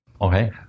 Okay